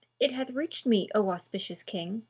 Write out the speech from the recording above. it hath reached me, o auspicious king,